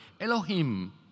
Elohim